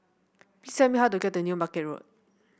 please tell me how to get to New Market Road